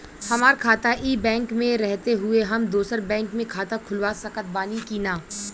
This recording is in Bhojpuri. हमार खाता ई बैंक मे रहते हुये हम दोसर बैंक मे खाता खुलवा सकत बानी की ना?